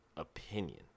opinion